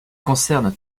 concerne